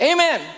Amen